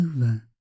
over